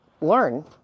learn